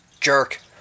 Jerk